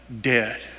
dead